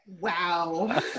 wow